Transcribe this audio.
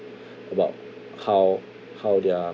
about how how they're